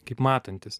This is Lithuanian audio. kaip matantis